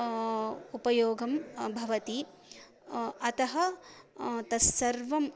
उपयोगं भवति अतः तत्सर्वम्